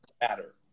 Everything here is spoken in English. matter